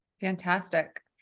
Fantastic